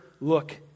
look